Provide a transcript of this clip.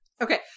Okay